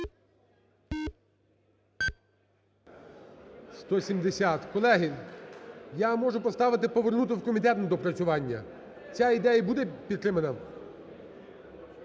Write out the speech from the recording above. За-170 Колеги, я можу поставити повернути в комітет на доопрацювання. Ця ідея буде підтримана?